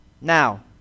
Now